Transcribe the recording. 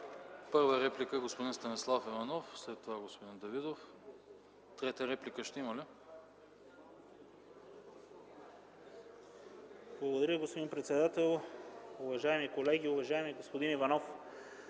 Първа реплика – господин Станислав Иванов, след това господин Давидов. СТАНИСЛАВ ИВАНОВ (ГЕРБ): Благодаря, господин председател. Уважаеми колеги! Уважаеми господин Иванов,